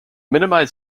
minimize